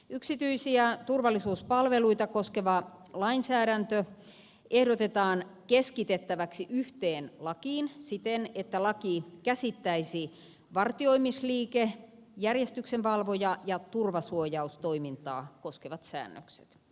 yksityisiä turvallisuuspalveluita koskeva lainsäädäntö ehdotetaan keskitettäväksi yhteen lakiin siten että laki käsittäisi vartioimisliike järjestyksenvalvoja ja turvasuojaustoimintaa koskevat säännökset